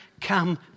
come